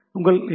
உங்கள் ஹெச்